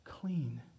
clean